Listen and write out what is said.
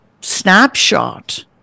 snapshot